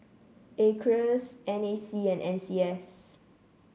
Acres N A C and N C S